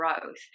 growth